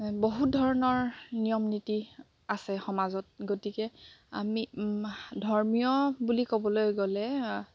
বহুত ধৰণৰ নিয়ম নীতি আছে সমাজত গতিকে আমি ধৰ্মীয় বুলি ক'বলৈ গ'লে